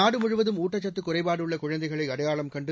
நாடுமுழுவதும் ஊட்டச்சத்து குறைபாடு உள்ள குழந்தைகளை அடையாளம் கண்டு